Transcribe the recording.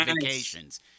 vacations